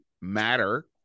matter